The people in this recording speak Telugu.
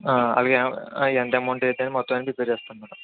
అవి మ్ ఎంత అమౌంట్ అయింది మొత్తము అన్నీ ప్రిపేర్ చేస్తాను మేడం